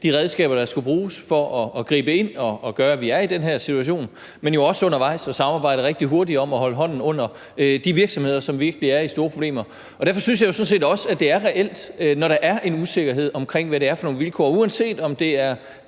de redskaber, der skulle bruges, for at de kunne gribe ind og gøre, at vi nu er i denne situation, men også tak for samarbejdet undervejs, hvor vi jo samarbejdede rigtig hurtigt om at holde hånden under de virksomheder, som vi ikke vil have kommer i store problemer. Derfor synes jeg også, at det er reelt, når der er en usikkerhed omkring, hvad det er for nogle vilkår, uanset om det er